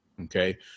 Okay